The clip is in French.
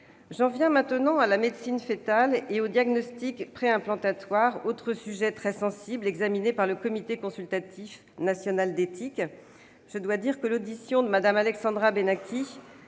J'en viens maintenant à la médecine foetale et au diagnostic préimplantatoire, autre sujet très sensible examiné par le Comité consultatif national d'éthique. Je dois dire que l'audition de Mme Alexandra Benachi,